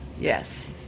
Yes